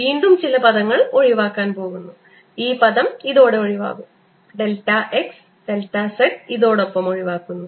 വീണ്ടും ചില പദങ്ങൾ ഒഴിവാക്കാൻ പോകുന്നു ഈ പദം ഇതോടെ ഒഴിവാകും ഡെൽറ്റ x ഡെൽറ്റ z ഇതോടൊപ്പം ഒഴിവാക്കുന്നു